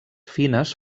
fines